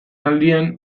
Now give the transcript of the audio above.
aldian